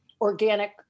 organic